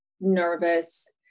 nervous